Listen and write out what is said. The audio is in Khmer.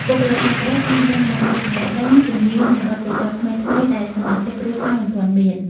បុគ្គលិកខាងក្រៅអាចនាំមកនូវចំណេះដឹង ជំនាញ និងបទពិសោធន៍ថ្មីៗដែលសមាជិកគ្រួសារមិនទាន់មាន។